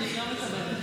לא, אני לא מקבלת בהבנה.